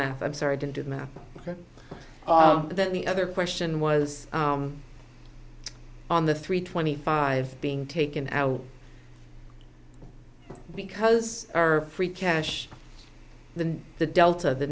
math i'm sorry i didn't do the math for that the other question was on the three twenty five being taken out because our free cash the the delta the